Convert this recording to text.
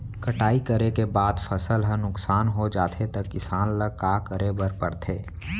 कटाई करे के बाद फसल ह नुकसान हो जाथे त किसान ल का करे बर पढ़थे?